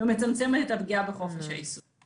שמספקת שירותי טיפולי בית והעסיקה כמה עשרות